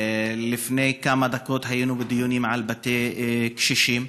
לפני כמה דקות היינו בדיונים על בתי קשישים,